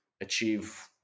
achieve